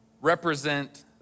represent